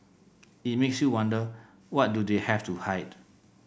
it makes you wonder what do they have to hide